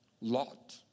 Lot